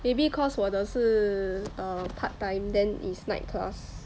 maybe cause 我的是 err part-time then it's night class